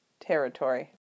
Territory